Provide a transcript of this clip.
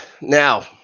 Now